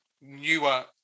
newer